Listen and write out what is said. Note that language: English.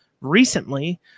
recently